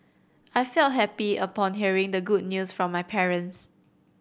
I felt happy upon hearing the good news from my parents